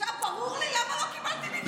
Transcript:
עכשיו ברור לי למה לא קיבלתי מינוי.